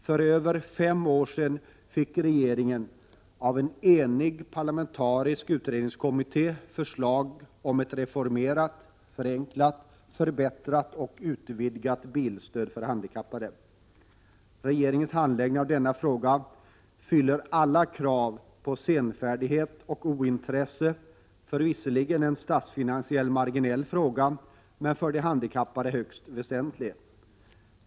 För över fem år sedan fick regeringen av en enig parlamentarisk utredningskommitté förslag om ett reformerat, förenklat, förbättrat och utvidgat bilstöd för handikappade. Regeringens handläggning av denna fråga fyller alla krav på senfärdighet och ointresse för en visserligen statsfinansiellt marginell fråga men en för de handikappade högst väsentlig sådan.